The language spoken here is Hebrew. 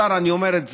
בצער אני אומר את זה,